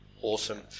Awesome